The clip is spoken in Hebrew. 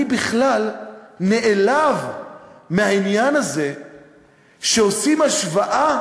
אני בכלל נעלב מהעניין הזה שעושים השוואה